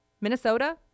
Minnesota